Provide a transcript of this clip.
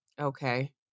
Okay